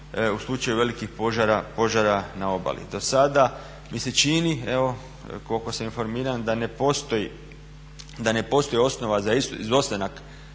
u slučaju velikih požara, požara na obali. Dosada mi se čini evo koliko sam informiran da ne postoji osnova za izostanak